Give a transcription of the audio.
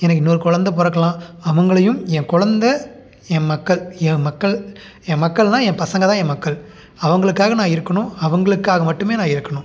எனக்கு இன்னொரு கொழந்த பிறக்கலாம் அவங்களையும் என் குழந்த என் மக்கள் என் மக்கள் என் மக்கள்னா என் பசங்க தான் என் மக்கள் அவங்களுக்காக நான் இருக்கணும் அவங்களுக்காக மட்டுமே நான் இருக்கணும்